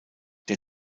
der